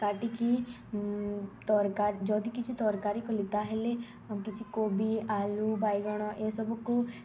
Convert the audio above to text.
କାଟିକି ତର୍କାରୀ ଯଦି କିଛି ତର୍କାରୀ କଲି ତାହେଲେ କିଛି କୋବି ଆଲୁ ବାଇଗଣ ଏସବୁକୁ